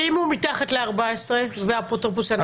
ואם הוא מתחת לגיל 14, והאפוטרופוס אנס אותו?